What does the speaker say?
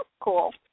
cool